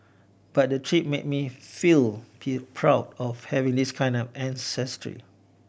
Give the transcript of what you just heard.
but the trip made me feel P proud of having this kind of ancestry